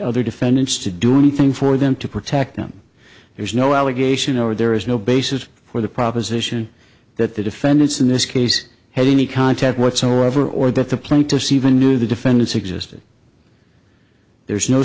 other defendants to do anything for them to protect them there's no allegation or there is no basis for the proposition that the defendants in this case had any contact whatsoever or that the plaintiffs even knew the defendants existed there's no